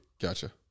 Gotcha